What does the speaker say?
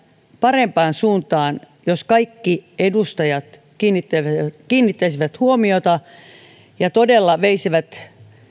parempaan suuntaan jos kaikki edustajat kiinnittäisivät asiaan huomiota ja todella veisivät